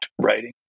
writing